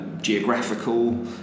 geographical